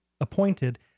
appointed